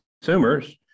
consumers